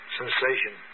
sensation